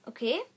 Okay